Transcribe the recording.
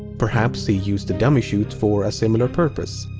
perhaps he used the dummy-chute for a similar purpose?